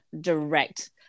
direct